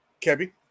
Kebby